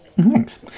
Thanks